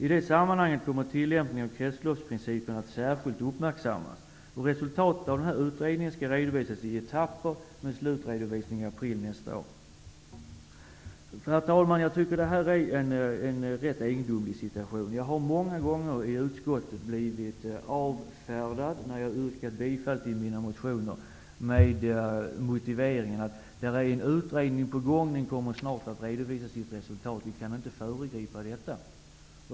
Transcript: I det sammanhanget kommer tillämpningen av kretsloppsprincipen att särskilt uppmärksammas. Resultatet av utredningen skall redovisas i etapper, med slutredovisning i april nästa år. Herr talman! Jag tycker att detta är en rätt egendomlig situation. Jag har många gånger i utskottet blivit avfärdad när jag har yrkat bifall till mina motioner med motiveringen att en utredning är på gång och att den snart kommer att redovisa sitt resultat. Vi kan inte föregripa detta.